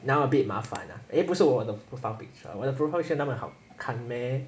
now a bit 麻烦 eh 不是我的 profile picture 我的 profile picture 那么好看 meh